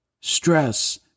stress